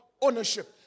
Ownership